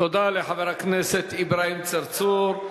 תודה לחבר הכנסת אברהים צרצור.